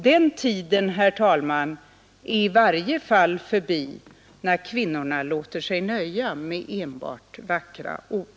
Den tiden, herr talman, är i varje fall förbi när kvinnorna lät sig nöja med enbart vackra ord.